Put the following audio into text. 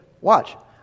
watch